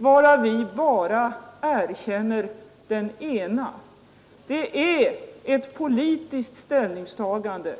av vilka vi erkänner bara den ena. Det är ett politiskt ställningstagande.